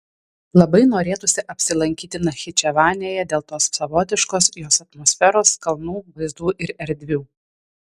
labai norėtųsi apsilankyti nachičevanėje dėl tos savotiškos jos atmosferos kalnų vaizdų ir erdvių